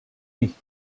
nicht